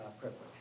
privilege